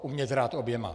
Umět hrát oběma.